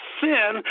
sin